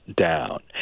down